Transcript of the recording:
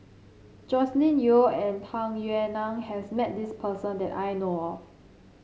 Joscelin Yeo and Tung Yue Nang has met this person that I know of